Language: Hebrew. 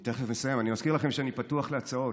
אני תכף אסיים, שאני פתוח להצעות: